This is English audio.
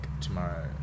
tomorrow